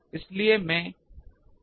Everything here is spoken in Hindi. इसलिए मैं Wt गुणित Aer कह सकता हूं